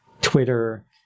Twitter